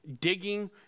digging